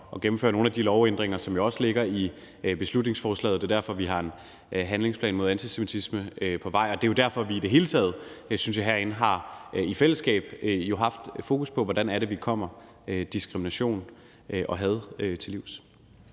at gennemføre nogle af de lovændringer, som jo også ligger i beslutningsforslaget. Det er derfor, vi har en handlingsplan mod antisemitisme på vej, og det er jo derfor, vi i det hele taget, synes jeg, herinde i fællesskab har haft fokus på, hvordan vi kommer diskrimination og had til livs.